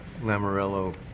Lamorello